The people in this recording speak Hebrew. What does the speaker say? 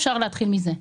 אפשר להתחיל מזה.